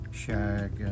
shag